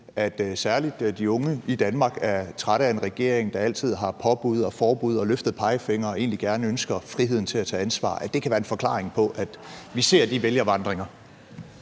at særlig de unge i Danmark er trætte af en regering, der altid kommer med påbud og forbud og løftede pegefingre, og at de egentlig gerne ønsker friheden til at tage ansvar. Kan det være en forklaring på, at vi ser de vælgervandringer?